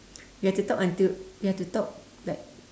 you have to talk until you have to talk like